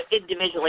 individually